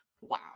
wow